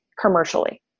commercially